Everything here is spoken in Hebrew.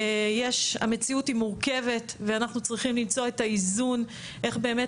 המציאות היא מורכבת ואנחנו צריכים למצוא את האיזון איך באמת